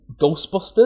Ghostbusters